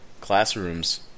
classrooms